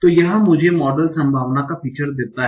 तो यह मुझे मॉडल संभावना का फीचर देता है